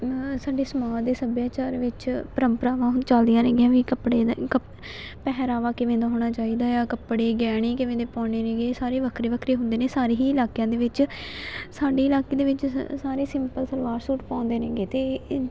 ਸਾਡੇ ਸਮਾਜ ਦੇ ਸੱਭਿਆਚਾਰ ਵਿੱਚ ਪਰੰਪਰਾਵਾਂ ਹੁਣ ਚੱਲਦੀਆਂ ਨੇਗੀਆਂ ਵੀ ਕੱਪੜੇ ਦੇ ਕਪ ਪਹਿਰਾਵਾ ਕਿਵੇਂ ਦਾ ਹੋਣਾ ਚਾਹੀਦਾ ਆ ਕੱਪੜੇ ਗਹਿਣੇ ਕਿਵੇਂ ਦੇ ਪਾਉਣੇ ਨੇਗੇ ਸਾਰੇ ਵੱਖਰੇ ਵੱਖਰੇ ਹੁੰਦੇ ਨੇ ਸਾਰੇ ਹੀ ਇਲਾਕਿਆਂ ਦੇ ਵਿੱਚ ਸਾਡੇ ਇਲਾਕੇ ਦੇ ਵਿੱਚ ਸ ਸਾਰੇ ਸਿੰਪਲ ਸਲਵਾਰ ਸੂਟ ਪਾਉਂਦੇ ਨੇਗੇ ਅਤੇ ਇ